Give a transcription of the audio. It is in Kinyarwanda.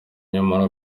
nyamara